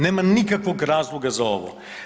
Nema nikakvog razloga za ovo.